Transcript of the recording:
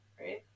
right